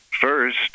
First